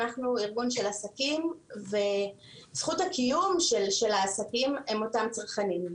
אנחנו ארגון של עסקים וזכות הקיום של הקיום היא אותם צרכנים.